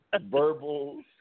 verbal